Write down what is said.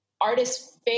artists